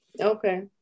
Okay